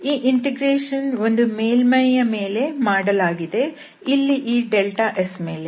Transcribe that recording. ಈ ಇಂಟಿಗ್ರೇಷನ್ ಒಂದು ಮೇಲ್ಮೈ ಮೇಲೆ ಮಾಡಲಾಗಿದೆ ಇಲ್ಲಿ ಈ S ಮೇಲೆ